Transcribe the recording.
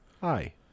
Hi